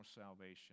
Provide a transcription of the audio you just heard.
salvation